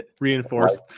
reinforced